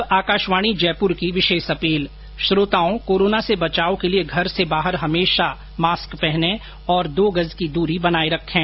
और अब आकाशवाणी जयपुर की विशेष अपील श्रोताओं कोरोना से बचाव के लिए घर से बाहर हमेशा मास्क पहने और दो गज की दूरी बनाए रखें